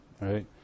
right